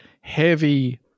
heavy